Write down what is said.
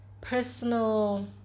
personal